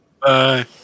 Bye